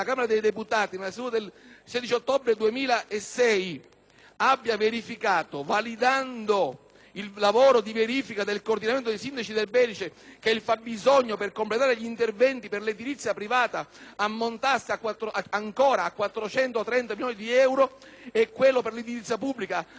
abbia verificato, validando il lavoro di verifica del coordinamento dei sindaci del Belice, che il fabbisogno per completare gli interventi per l'edilizia privata ammontava ancora a 430 milioni di euro e quello per l'edilizia pubblica a 133 milioni di euro e nonostante si impegnasse il Governo